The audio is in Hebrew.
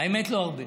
האמת, לא הרבה,